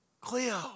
Cleo